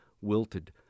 wilted